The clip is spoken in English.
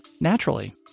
naturally